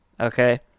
okay